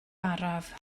araf